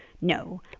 No